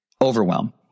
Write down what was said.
overwhelm